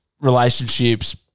relationships